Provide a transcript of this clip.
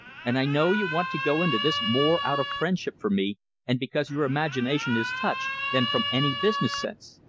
and i know you want to go into this more out of friendship for me and because your imagination is touched, than from any business sense.